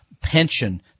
pension